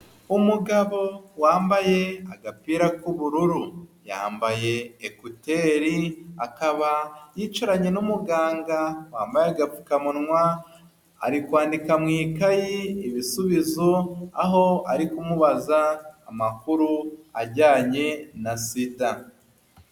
Umugabo wambaye agapira k'ubururu, yambaye ekuteri akaba yicaranye n'umuganga wambaye agapfukamunwa, ari kwandika mu ikayi ibisubizo, aho ari kumubaza amakuru ajyanye na sida.